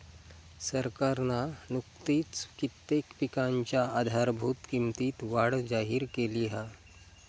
सरकारना नुकतीच कित्येक पिकांच्या आधारभूत किंमतीत वाढ जाहिर केली हा